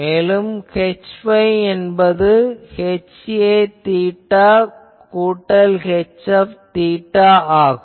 மேலும் Hθ என்பது θ கூட்டல் θ ஆகும்